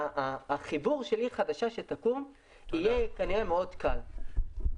החיבור של עיר חדשה שתקום יהיה כנראה קל מאוד.